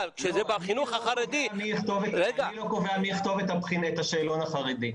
אבל כשזה בחינוך החרדי- -- אני לא קובע מי יכתוב את השאלון החרדי.